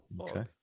Okay